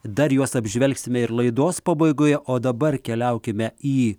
dar juos apžvelgsime ir laidos pabaigoje o dabar keliaukime į